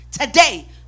Today